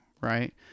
right